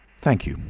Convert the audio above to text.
thank you,